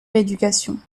rééducation